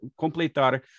completar